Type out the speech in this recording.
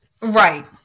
Right